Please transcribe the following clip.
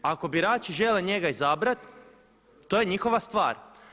Ako birači žele njega izabrat to je njihova stvar.